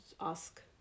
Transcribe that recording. ask